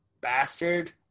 bastard